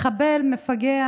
מחבל מפגע